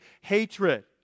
hatred